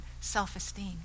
self-esteem